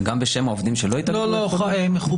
גם בשם העובדים שלא התאגדו --- לא, מכובדיי.